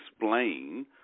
explain